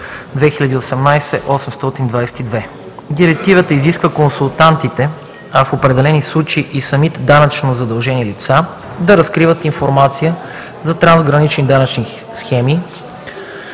Директивата изисква консултантите, а в определени случаи и самите данъчно задължени лица, да разкриват информация за трансгранични данъчни схеми,